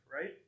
right